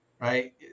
Right